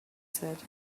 said